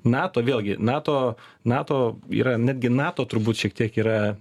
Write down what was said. nato vėlgi nato nato yra netgi nato turbūt šiek tiek yra